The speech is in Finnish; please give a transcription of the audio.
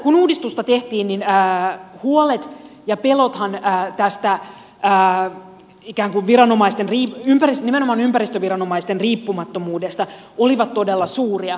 kun uudistusta tehtiin niin huolet ja pelothan tästä ikään kuin viranomaisten nimenomaan ympäristöviranomaisten riippumattomuudesta olivat todella suuria